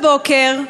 הבוקר,